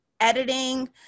editing